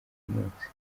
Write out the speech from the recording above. munsi